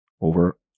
over